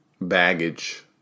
baggage